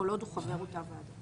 כל עוד הוא חבר אותה וועדה.